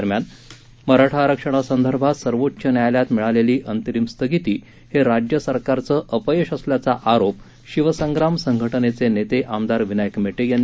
दरम्यान मराठा आरक्षणासंदर्भात सर्वोच्च न्यायालयात मिळालेली अंतरिम स्थगिती हे राज्यसरकारचं अपयश असल्याचा आरोप शिवसंग्राम संघटनेचे नेते आमदार विनायक मेटे यांनी केला आहे